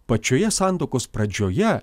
pačioje santuokos pradžioje